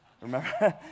Remember